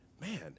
man